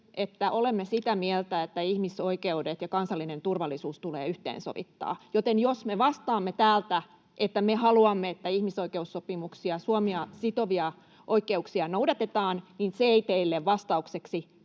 että olemme sitä mieltä, että ihmisoikeudet ja kansallinen turvallisuus tulee yhteensovittaa. Joten jos me vastaamme täältä, että me haluamme, että ihmisoikeussopimuksia, Suomea sitovia oikeuksia, noudatetaan, niin se ei teille vastaukseksi